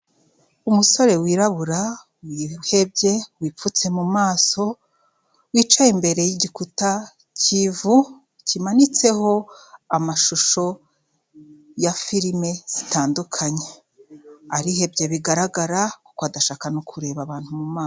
Umusore wirabura, wihebye wipfutse mu maso, wicaye imbere y'igikuta cy'ivu, kimanitseho amashusho ya firime zitandukanye. Arihebye bigaragara, kuko adashaka no kureba abantu mu maso.